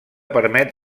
permet